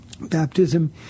baptism